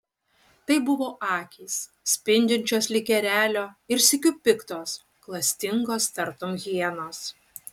tai buvo akys spindinčios lyg erelio ir sykiu piktos klastingos tartum hienos